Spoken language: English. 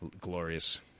glorious